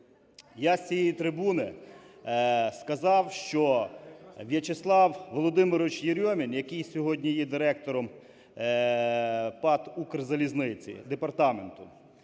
я з цієї трибуни сказав, що В'ячеслав Володимирович Єрьомін, який сьогодні є директором ПАТ "Укрзалізниця", департаменту,